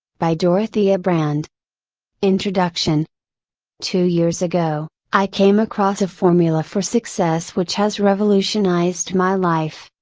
by dorothea brande introduction two years ago, i came across a formula for success which has revolutionized my life.